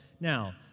Now